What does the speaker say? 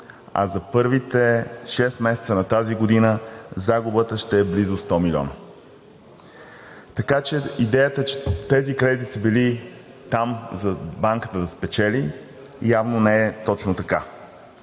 а за първите 6 месеца на тази година загубата ще е близо 100 милиона. Така че идеята, че тези кредити са били там, за да спечели банката, явно не е точно така.